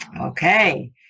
Okay